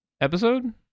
Episode